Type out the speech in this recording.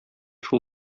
шул